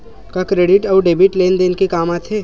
का क्रेडिट अउ डेबिट लेन देन के काम आथे?